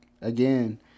again